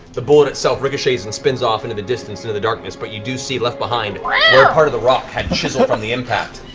the bullet itself ricochets and spins off into the distance, into the darkness, but you do see left behind, where part of the rock has chiseled from um the impact,